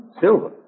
Silver